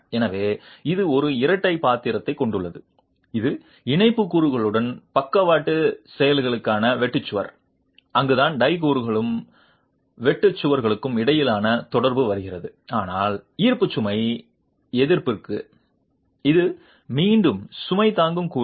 எனவே இது ஒரு இரட்டை பாத்திரத்தைக் கொண்டுள்ளது இது இணைப்பு கூறுகளுடன் பக்கவாட்டு செயல்களுக்கான வெட்டு சுவர் அங்குதான் டை கூறுகளுக்கும் வெட்டு சுவர்களுக்கும் இடையிலான தொடர்பு வருகிறது ஆனால் ஈர்ப்பு சுமை எதிர்ப்பிற்கு இது மீண்டும் சுமை தாங்கும் கூறுகள்